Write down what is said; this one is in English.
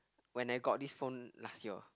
when I got this phone last year